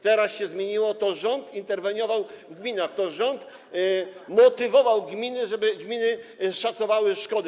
Teraz to się zmieniło, to rząd interweniował w gminach, to rząd motywował gminy, żeby gminy szacowały szkody.